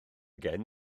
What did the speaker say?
gen